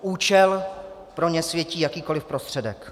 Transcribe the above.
Účel pro ně světí jakýkoliv prostředek.